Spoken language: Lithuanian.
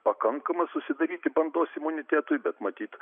pakankamas susidaryti bandos imunitetui bet matyt